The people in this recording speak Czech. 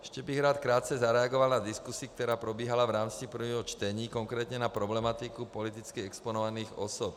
Ještě bych rád krátce zareagoval na diskusi, která probíhala v rámci prvního čtení, konkrétně na problematiku politicky exponovaných osob.